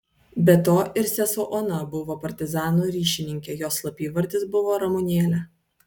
be to ir sesuo ona buvo partizanų ryšininkė jos slapyvardis buvo ramunėlė